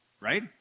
right